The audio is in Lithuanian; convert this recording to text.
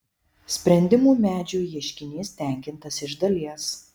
sprendimų medžio ieškinys tenkintas iš dalies